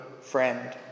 friend